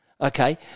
okay